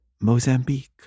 Mozambique